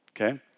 okay